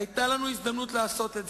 לא היתה בעיה שנדון על התקציב,